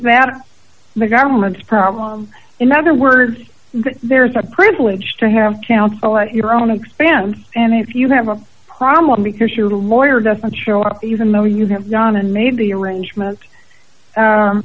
it's the government's problem in other words there's a privilege to have counsel at your own expense and if you have a problem because you're the lawyer doesn't show up even though you have gone and made the arrangement